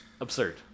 Absurd